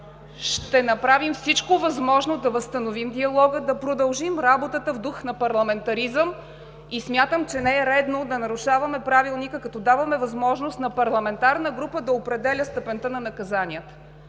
ще направим всичко възможно да възстановим диалога, да продължим работата в дух на парламентаризъм и смятам, че не е редно да нарушаваме Правилника, като даваме възможност на парламентарна група да определя степента на наказанията.